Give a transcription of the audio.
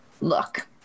look